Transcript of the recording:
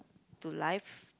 to life